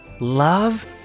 love